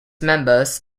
members